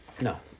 No